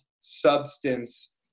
substance